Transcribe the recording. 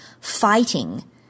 fighting